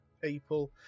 people